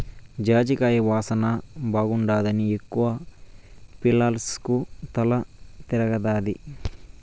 జాజికాయ వాసన బాగుండాదని ఎక్కవ పీల్సకు తల తిరగతాది